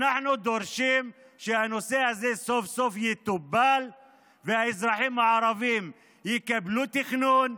אנחנו דורשים שהנושא הזה סוף-סוף יטופל והאזרחים הערבים יקבלו תכנון,